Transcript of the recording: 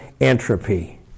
entropy